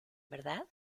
verdad